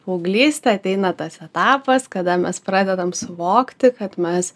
paauglystė ateina tas etapas kada mes pradedam suvokti kad mes